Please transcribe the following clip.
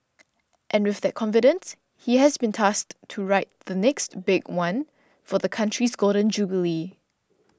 and with that confidence he has been tasked to write the 'next big one' for the country's Golden Jubilee